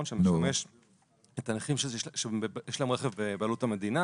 שמשמש את הנכים שיש להם רכב בבעלות המדינה.